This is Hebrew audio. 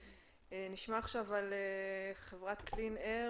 נשמע עכשיו על חברת קלין אייר.